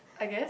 I guess